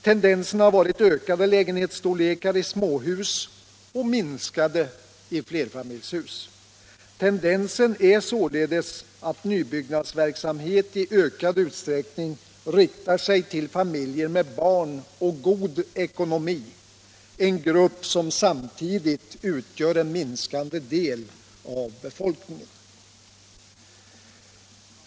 Tendensen har varit ökade lägenhetsstorlekar i småhus och minskade i flerfamiljshus. Nybyggnadsverksamheten riktar sig således i ökande utsträckning till familjer med barn och god ekonomi — en grupp som samtidigt utgör en minskande del av befolkningen.